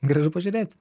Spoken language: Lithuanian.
gražu pažiūrėti